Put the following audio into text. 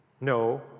No